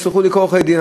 יסלחו לי כל עורכי-הדין.